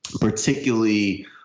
particularly